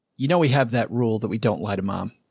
you know, we have that rule that we don't lie to mom.